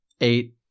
eight